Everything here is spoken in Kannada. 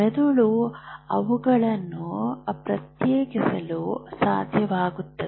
ಮೆದುಳು ಅವುಗಳನ್ನು ಪ್ರತ್ಯೇಕಿಸಲು ಸಾಧ್ಯವಾಗುತ್ತದೆ